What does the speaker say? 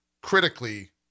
critically